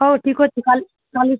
ହଉ ଠିକ ଅଛି କାଲ କାଲି